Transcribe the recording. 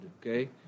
okay